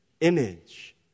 image